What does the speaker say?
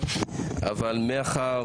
אבל מאחר